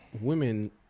Women